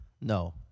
No